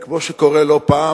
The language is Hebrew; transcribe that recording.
וכמו שקורה לא פעם,